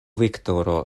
viktoro